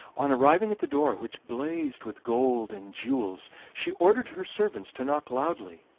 on arriving at the door, which blazed with gold and jewels, she ordered her servants to knock loudly,